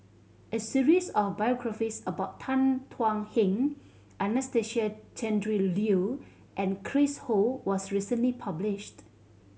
a series of biographies about Tan Thuan Heng Anastasia Tjendri Liew and Chris Ho was recently published